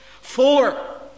Four